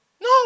No